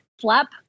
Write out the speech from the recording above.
flap